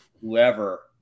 whoever